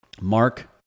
Mark